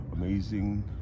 amazing